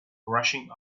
rushing